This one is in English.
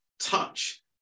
touch